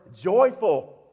joyful